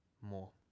more